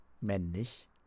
männlich